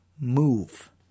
move